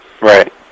Right